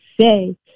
say